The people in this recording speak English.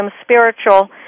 spiritual